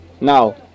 Now